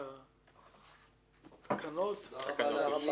אין תקנה 15 לתקנות הטיס (רישיונות לעובדי טיס),